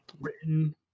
written